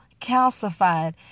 calcified